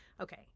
okay